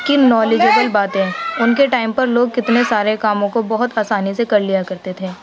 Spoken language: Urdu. کی نالیجبل باتیں ان کے ٹائم پر لوگ کتنے سارے کاموں کو بہت آسانی سے کر لیا کرتے تھے